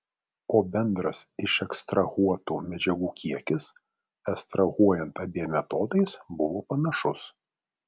o bendras išekstrahuotų medžiagų kiekis ekstrahuojant abiem metodais buvo panašus